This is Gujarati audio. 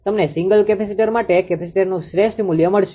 તમને સિંગલ કેપેસિટર માટે કેપેસિટરનું શ્રેષ્ઠ મૂલ્ય મળશે